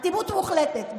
אטימות מוחלטת.